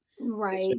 Right